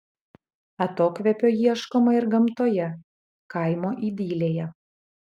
atokvėpio ieškoma ir gamtoje kaimo idilėje